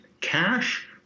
cash